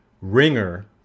ringer